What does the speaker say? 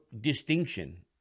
distinction